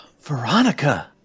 Veronica